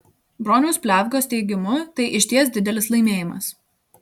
broniaus pliavgos teigimu tai išties didelis laimėjimas